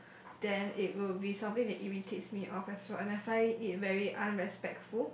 then it will be something that irritates me off as well and I find it very unrespectful